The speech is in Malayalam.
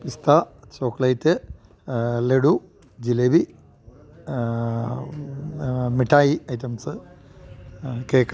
പിസ്ത ചോക്ലേറ്റ് ലഡു ജിലേബി മിഠായി ഐറ്റംസ് കേക്ക്